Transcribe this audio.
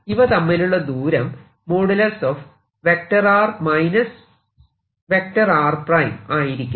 ഇവ തമ്മിലുള്ള ദൂരം r r ആയിരിക്കും